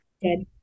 Good